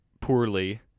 poorly